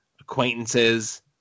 acquaintances